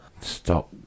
Stop